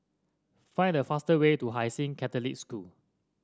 find the faster way to Hai Sing Catholic School